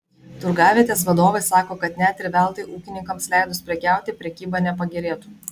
turgavietės vadovai sako kad net ir veltui ūkininkams leidus prekiauti prekyba nepagerėtų